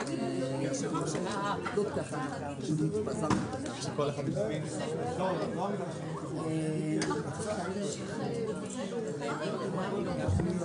11:39.